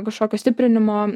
kažkokio stiprinimo